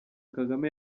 kagame